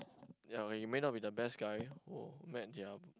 ya you may not be the best guy who met their